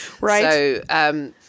right